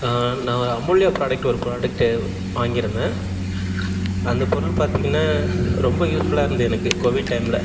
நான் நான் அமுல்யா ப்ராடெக்ட் ஒரு ப்ராடெக்ட் வாங்கியிருந்தேன் அந்த பொருள் பார்த்திங்கன்னா ரொம்ப யூஸ்ஃபுல்லாக இருந்தது எனக்கு கோவிட் டைம்ல